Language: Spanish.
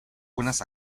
buenas